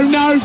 no